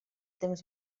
temps